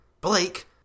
Blake